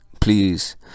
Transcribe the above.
please